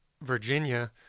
Virginia